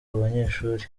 banyeshuli